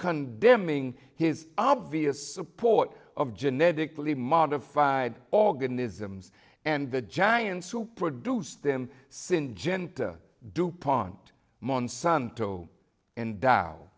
condemning his obvious support of genetically modified organisms and the giants who produced them syngenta du pont monsanto and d